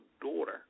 daughter